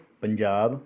Punjab